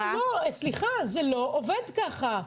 סליחה, זה לא עובד ככה.